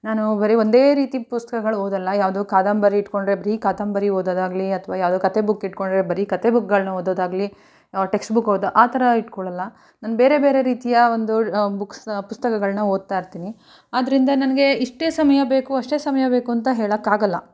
ನಾನು ಬರೀ ಒಂದೇ ರೀತಿ ಪುಸ್ತಕಗಳು ಓದೋಲ್ಲ ಯಾವುದೋ ಕಾದಂಬರಿ ಇಟ್ಕೊಂಡರೆ ಬರೀ ಕಾದಂಬರಿ ಓದೋದಾಗಲೀ ಅಥ್ವಾ ಯಾವುದೋ ಕಥೆ ಬುಕ್ ಇಟ್ಕೊಂಡರೆ ಬರೀ ಕಥೆ ಬುಕ್ಕುಗಳನ್ನ ಓದೋದಾಗಲೀ ಟೆಕ್ಸ್ಟ್ ಬುಕ್ ಓದೋ ಆ ಥರ ಇಟ್ಕೊಳೊಲ್ಲ ನಾನು ಬೇರೆ ಬೇರೆ ರೀತಿಯ ಒಂದು ಬುಕ್ಸನ್ನು ಪುಸ್ತಕಗಳನ್ನು ಓದ್ತಾ ಇರ್ತೀನಿ ಆದ್ದರಿಂದ ನನಗೆ ಇಷ್ಟೇ ಸಮಯ ಬೇಕು ಅಷ್ಟೇ ಸಮಯ ಬೇಕು ಅಂತ ಹೇಳೋಕ್ ಆಗೋಲ್ಲ